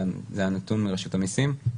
זה הנתון מרשות המיסים?